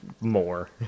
More